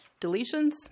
deletions